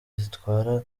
zitwarwa